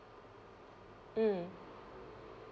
mm